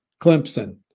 Clemson